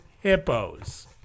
hippos